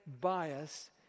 bias